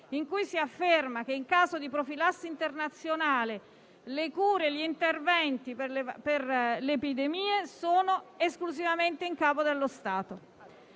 in cui si afferma che, in caso di profilassi internazionale, le cure e gli interventi per le epidemie sono esclusivamente in capo allo Stato.